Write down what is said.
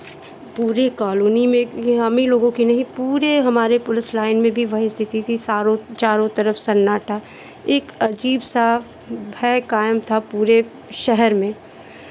पूरी कॉलोनी में एक ये हमहीं लोगों की नहीं पूरे हमारे पुलिस लाइन में भी वही स्थिति थी सारो चारों तरफ सन्नाटा एक अजीब सा भय कायम था पूरे शहर में